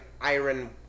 iron